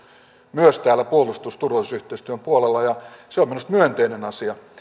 myös täällä puolustus turvallisuusyhteistyön puolella ja se on minusta myönteinen asia